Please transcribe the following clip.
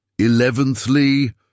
Eleventhly